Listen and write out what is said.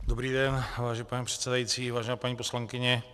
Dobrý den, vážený pane předsedající, vážená paní poslankyně.